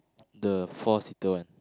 the four seater one